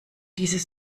dieses